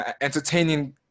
entertaining